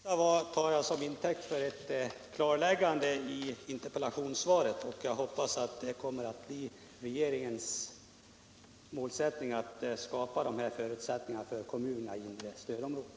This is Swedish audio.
Herr talman! Vad industriministern nu sade uppfattar jag som ett förtydligande av interpellationssvaret. Jag hoppas att det blir regeringens målsättning att underlätta för orter i inre stödområdet att bygga industrihus.